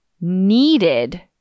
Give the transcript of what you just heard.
needed